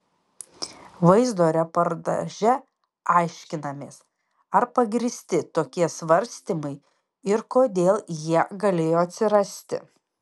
vaizdo reportaže aiškinamės ar pagrįsti tokie svarstymai ir kodėl jie galėjo atsirasti